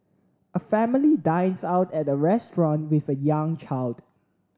a family dines out at a restaurant with a young child